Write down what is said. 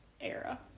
era